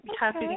happy